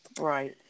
Right